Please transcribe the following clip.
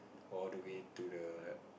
all the way to the